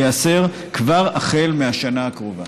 ייאסר כבר החל מהשנה הקרובה.